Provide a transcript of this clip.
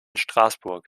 straßburg